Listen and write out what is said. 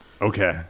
Okay